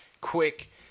Quick